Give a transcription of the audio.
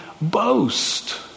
boast